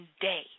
day